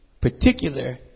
particular